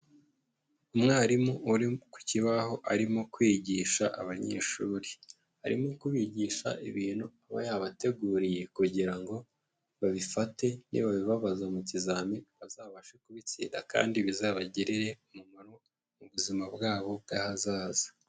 Umwarimu uri ku kibaho arimo kwigisha abanyeshuri, arimo kubigisha ibintu aba yabateguriye kugira ngo babifate, nibabibabaza mu kizami bazabashe kubitsinda kandi bizabagirire umumaro mu buzima bwabo bw'ahazaza.